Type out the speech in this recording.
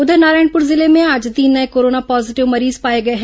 उधर नारायणपुर जिले में आज तीन नये कोरोना पॉजीटिव मरीज पाए गए हैं